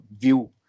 view